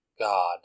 God